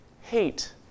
hate